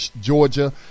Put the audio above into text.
Georgia